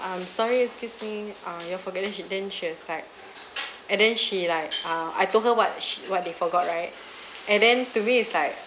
um sorry excuse me err you have forgotten then she was like and then she like err I told her what sh~ what they forgot right and then to me it's like